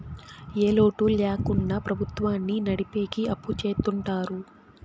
ఏ లోటు ల్యాకుండా ప్రభుత్వాన్ని నడిపెకి అప్పు చెత్తుంటారు